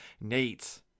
Nate